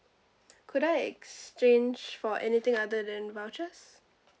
could I exchange for anything other than vouchers